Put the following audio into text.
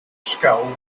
skull